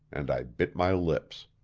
and i bit my lips.